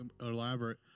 elaborate